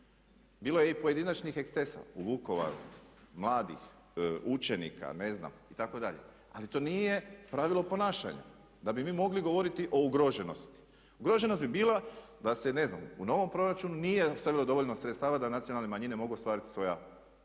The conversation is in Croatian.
Bilo je i pojedinačnih ekscesa u Vukovaru, mladih učenika, ne znam itd. Ali to nije pravilo ponašanja da bi mi mogli govoriti o ugroženosti. Ugroženost bi bila da se ne znam u novom proračunu nije ostavilo dovoljno sredstava da nacionalne manjine mogu ostvariti svoja